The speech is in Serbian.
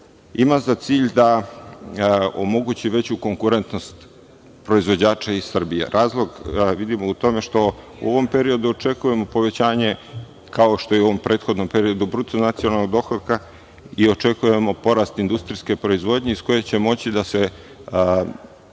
ima za cilj da omogući veću konkurentnost proizvođača iz Srbije. Razlog vidimo u tome što u ovom periodu očekujemo povećanje, kao što je i u ovom prethodnom periodu, bruto nacionalnog dohotka i očekujemo porast industrijske proizvodnje iz koje će moći da se